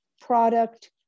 product